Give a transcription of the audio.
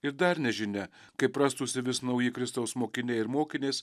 ir dar nežinia kaip rastųsi vis nauji kristaus mokiniai ir mokinės